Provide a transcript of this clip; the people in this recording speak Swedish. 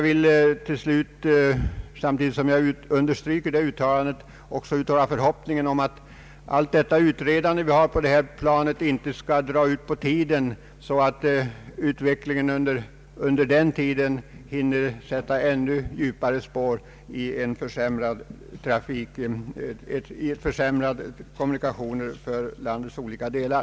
Till slut vill jag också uttala förhoppningen att allt det utredande som pågår på detta plan inte skall dra ut på tiden så att utvecklingen hinner sätta ändå djupare spår i form av försämrade kommunikationer för landets olika delar.